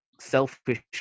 selfish